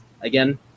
again